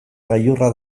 gailurra